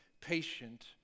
patient